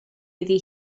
iddi